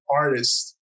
artist